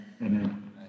amen